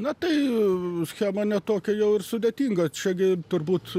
na tai schema ne tokia jau ir sudėtinga čia gi turbūt